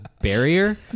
barrier